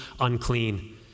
unclean